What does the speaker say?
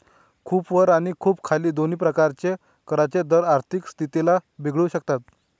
खूप वर आणि खूप खाली दोन्ही प्रकारचे करांचे दर आर्थिक स्थितीला बिघडवू शकतात